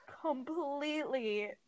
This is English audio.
completely